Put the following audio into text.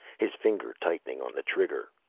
his finger tightening on the trigger.